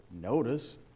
notice